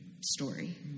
story